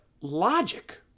logic